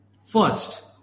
First